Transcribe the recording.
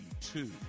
two